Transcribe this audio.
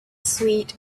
sweet